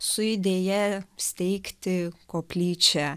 su idėja steigti koplyčią